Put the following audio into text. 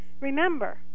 Remember